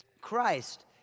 Christ